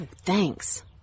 thanks